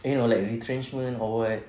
you know like retrenchment or what